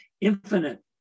infinite